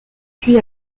puis